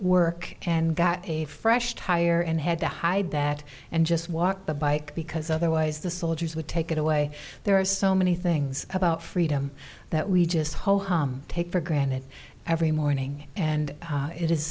work and got a fresh tire and had to hide that and just walk the bike because otherwise the soldiers would take it away there are so many things about freedom that we just take for granted every morning and